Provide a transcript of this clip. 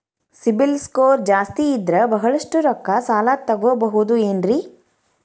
CIBIL score ಜಾಸ್ತಿ ಇದ್ರ ಬಹಳಷ್ಟು ರೊಕ್ಕ ಸಾಲ ತಗೋಬಹುದು ಏನ್ರಿ?